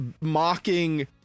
mocking